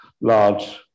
large